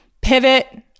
Pivot